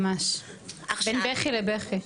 ממש בין בכי לבכי.